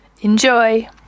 Enjoy